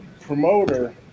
promoter